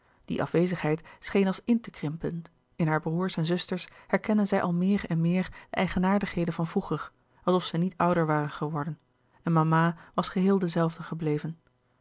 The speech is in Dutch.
die afwezigheid scheen als in te krimpen in haar broêrs en zusters herkende zij al meer en meer de eigenaardigheden van vroeger alsof zij niet ouder waren geworden en mama was geheel de zelfde gebleven